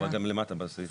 אבל כן, צריך להוסיף